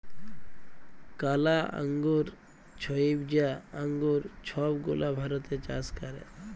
কালা আঙ্গুর, ছইবজা আঙ্গুর ছব গুলা ভারতে চাষ ক্যরে